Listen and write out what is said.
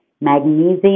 magnesium